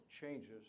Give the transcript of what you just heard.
changes